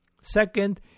second